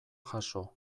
jaso